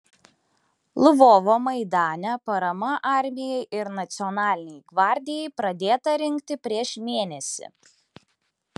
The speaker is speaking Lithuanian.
lvovo maidane parama armijai ir nacionalinei gvardijai pradėta rinkti prieš mėnesį